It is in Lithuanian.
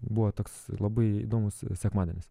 buvo toks labai įdomus sekmadienis